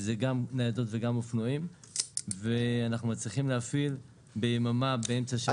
שזה גם ניידות וגם אופנועים ואנחנו מצליחים להפעיל ביממה באמצע השבוע